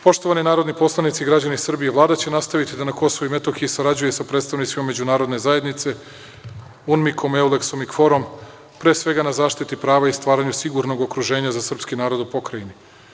Poštovani narodni poslanici i građani Srbije, Vlada će nastaviti da na Kosovu i Metohiji sarađuje i sa predstavnicima međunarodne zajednice, Unmikom, Euleksom i Kforom pre svega na zaštiti prava i stvaranju sigurnog okruženja za srpski narod u Pokrajini.